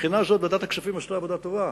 מהבחינה הזאת ועדת הכספים עשתה עבודה טובה,